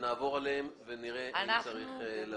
נעבור עליהן ונראה אם צריך להוסיף אותן.